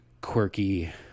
quirky